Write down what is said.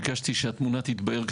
ביקשתי שהתמונה תתבהר,